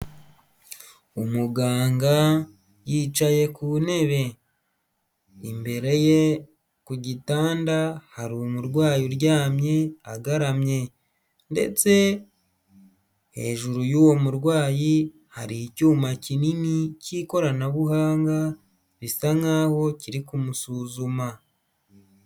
Umuganga yicaye ku ntebe. Imbere ye ku gitanda hari umurwayi uryamye agaramye ndetse hejuru y'uwo murwayi hari icyuma kinini cy'ikoranabuhanga bisa nkaho kiri kumusuzuma.